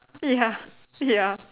ya ya